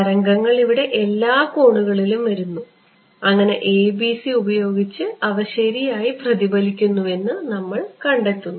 തരംഗങ്ങൾ ഇവിടെ എല്ലാ കോണുകളിലും വരുന്നു അങ്ങനെ ABC ഉപയോഗിച്ച് അവ ശരിയായി പ്രതിഫലിക്കുന്നുവെന്ന് നമ്മൾ കണ്ടെത്തുന്നു